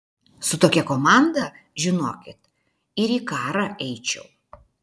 su tokia komanda žinokit ir į karą eičiau